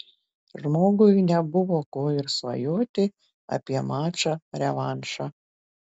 žmogui nebuvo ko ir svajoti apie mačą revanšą